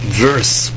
verse